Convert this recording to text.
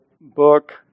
book